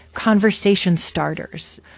conversation starters.